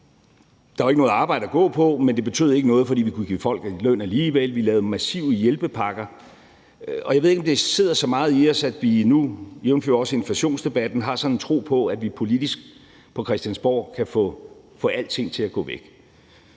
Der var ikke noget arbejde at gå på, men det betød ikke noget, fordi vi kunne give folk løn alligevel. Vi lavede massive hjælpepakker. Og jeg ved ikke, om det sidder så meget i os, at vi nu – jævnfør også inflationsdebatten – har sådan en tro på, at vi politisk på Christiansborg kan få alting til at gå væk.